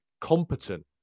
competent